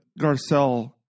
Garcelle